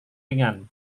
ringan